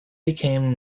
became